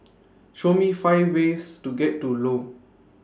Show Me five ways to get to Lome